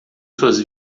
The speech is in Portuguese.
suas